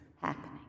happening